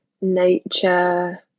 Nature